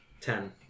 ten